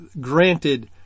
granted